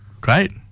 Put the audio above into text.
great